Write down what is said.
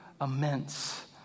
immense